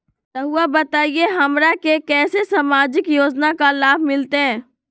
रहुआ बताइए हमरा के कैसे सामाजिक योजना का लाभ मिलते?